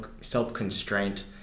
self-constraint